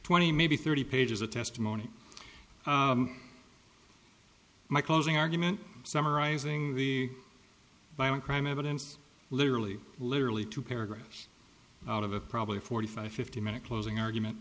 twenty maybe thirty pages of testimony my closing argument summarizing the violent crime evidence literally literally two paragraphs out of a probably forty five fifty minute closing argument